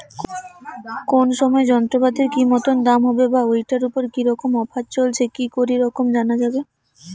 কোন সময় যন্ত্রপাতির কি মতন দাম হবে বা ঐটার উপর কি রকম অফার চলছে কি রকম করি জানা যাবে?